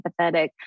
empathetic